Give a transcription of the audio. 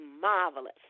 marvelous